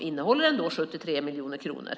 Den innehåller ändå 73 miljoner kronor.